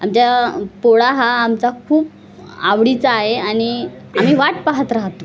आमच्या पोळा हा आमचा खूप आवडीचा आहे आणि आम्ही वाट पाहात राहतो